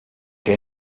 que